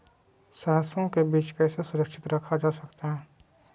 सरसो के बीज कैसे सुरक्षित रखा जा सकता है?